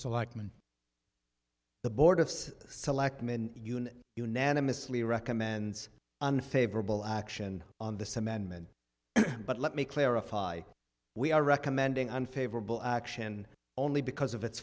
selectmen the board of selectmen union unanimously recommends unfavorable action on this amendment but let me clarify we are recommending unfavorable action only because of its